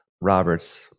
roberts